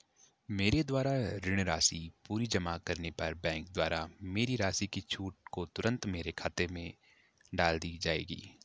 मेरे द्वारा ऋण राशि पूरी जमा करने पर बैंक द्वारा मेरी राशि की छूट को तुरन्त मेरे खाते में डाल दी जायेगी?